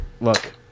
look